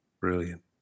Brilliant